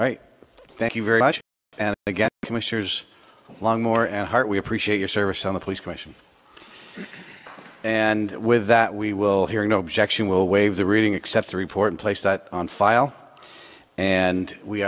all right thank you very much and again commissioners long more at heart we appreciate your service on the police question and with that we will hear no objection will waive the reading except the report and place that on file and we